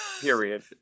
period